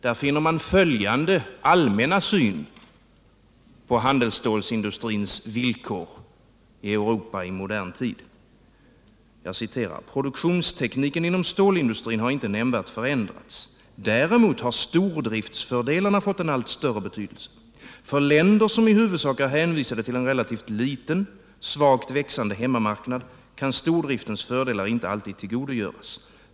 Där finner man följande allmänna syn på handelsstålsindustrins villkor i Europa i modern tid: ”Produktionstekniken inom stålindustrin har inte nämnvärt förändrats. Däremot har stordriftsfördelarna fått en allt större betydelse. För länder som i huvudsak är hänvisade till en relativt liten, svagt växande hemmamarknad kan stordriftens fördelar inte alltid tillgodogöras.